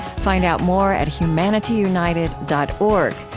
find out more at humanityunited dot org,